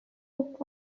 book